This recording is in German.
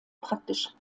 praktisch